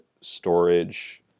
storage